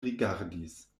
rigardis